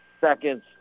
seconds